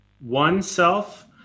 oneself